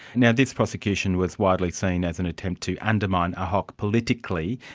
and this prosecution was widely seen as an attempt to undermine ahok politically.